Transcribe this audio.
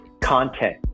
content